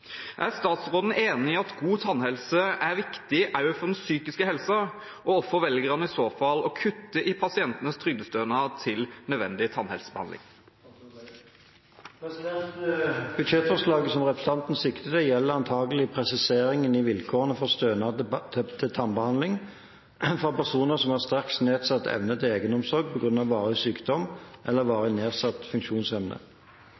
Er statsråden enig i at god tannhelse er viktig også for den psykiske helsen, og hvorfor velger han i så fall å kutte i pasientenes trygdestønad til nødvendig tannhelsebehandling?» Budsjettforslaget som representanten sikter til, gjelder antakelig presiseringer i vilkårene for stønad til tannbehandling for personer som har sterkt nedsatt evne til egenomsorg på grunn av varig sykdom eller